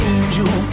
Angel